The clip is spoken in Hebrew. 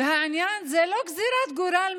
והעניין הוא לא גזרת גורל מהשמיים.